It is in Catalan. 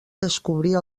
descobrir